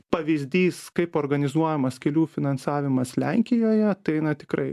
pavyzdys kaip organizuojamas kelių finansavimas lenkijoje tai na tikrai